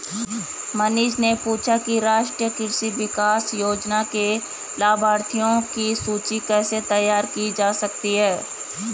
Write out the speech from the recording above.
मनीष ने पूछा कि राष्ट्रीय कृषि विकास योजना के लाभाथियों की सूची कैसे तैयार की जा सकती है